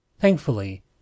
Thankfully